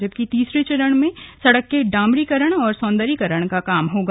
जबकि तीसरे चरण में सड़क के डामरीकरण और सौन्दर्यीकरण का काम होगा